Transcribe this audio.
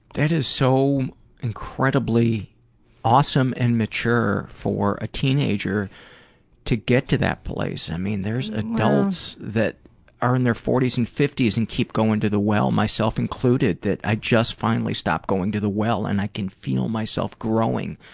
that is so incredibly awesome and mature for a teenager to get to that place, i mean there's adults that are in their forty s and fifty s and keep going to the well, myself included, that i just finally stopped going to the well and i can feel myself growing,